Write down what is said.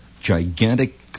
gigantic